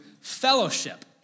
fellowship